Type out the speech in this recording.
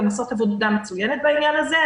והן עושות עבודה מצוינת בעניין הזה.